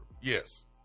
Yes